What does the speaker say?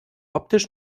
optisch